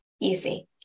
easy